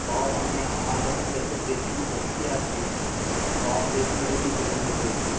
সব আমি আমার কাছে যতো পেশেন্ট ভর্তি আছে সব পেশেন্টেরই ডেঙ্গু হয়েছে